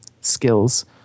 skills